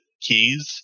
keys